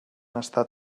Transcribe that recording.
estat